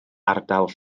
ardal